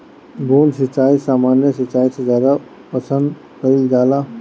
बूंद सिंचाई सामान्य सिंचाई से ज्यादा पसंद कईल जाला